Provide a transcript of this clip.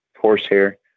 horsehair